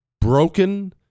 Broken